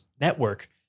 Network